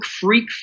freak